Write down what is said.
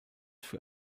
für